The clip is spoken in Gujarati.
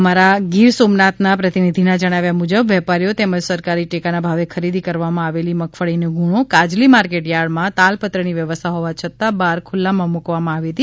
અમારા ગીર સોમનાથના પ્રતિનિધિના જણાવ્યા મુજબ વેપારીઓ તેમજ સરકારી ટેકાના ભાવે ખરીદ કરવામાં આવેલી મગફળીની ગુણો કાજલી માર્કેટ થાર્ડમાં તાલપત્રની વ્યવસ્થા હોવા છતાં બહાર ખુલ્લામાં મુકવામાં આવી હતી